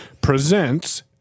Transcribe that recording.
presents